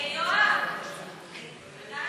ההצעה